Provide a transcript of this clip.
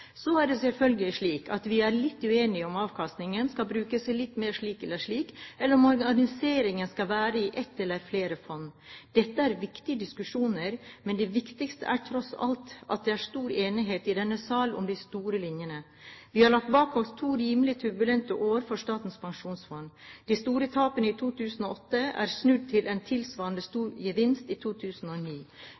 Så er det selvfølgelig slik at vi er litt uenige om avkastningen skal brukes litt mer slik eller slik, eller om organiseringen skal være i ett eller flere fond. Dette er viktige diskusjoner, men det viktigste er, tross alt, at det er stor enighet i denne sal om de store linjene. Vi har lagt bak oss to rimelig turbulente år for Statens pensjonsfond. De store tapene i 2008 er snudd til en tilsvarende stor gevinst i 2009.